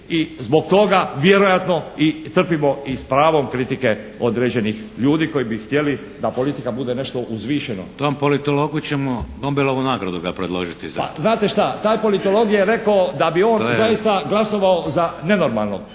i zbog toga vjerojatno i trpimo i s pravom kritike određenih ljudi koji bi htjeli da politika bude nešto uzvišeno. **Šeks, Vladimir (HDZ)** Tom politologu ćemo za Nobelovu nagradu ga predložiti za to. **Roić, Luka (HSS)** Pa, znate šta? Taj politolog je rekao da bi on zaista glasovao za nenormalno.